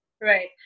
Right